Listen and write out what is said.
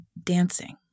dancing